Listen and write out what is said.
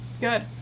Good